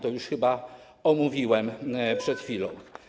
To już chyba omówiłem przed chwilą.